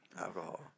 alcohol